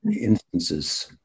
instances